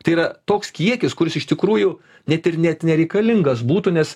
tai yra toks kiekis kuris iš tikrųjų net ir net nereikalingas būtų nes